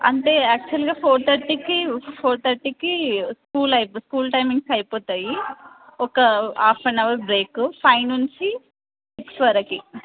అంటే యాక్చుయల్గా ఫోర్ తర్టీకి ఫోర్ తర్టీకి స్కూల్ అవి స్కూల్ టైమింగ్స్ అయిపోతాయి ఒక half an hour break five నుంచి సిక్స్ వరకి